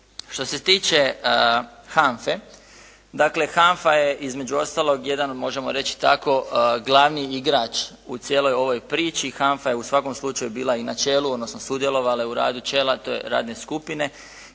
Što se tiče HANFA-e, dakle HANFA je između ostalog jedan možemo reći tako glavni igrač u cijeloj ovoj priči. HANFA je u svakom slučaju bila i na čelu odnosno sudjelovala je u radu čela radne skupine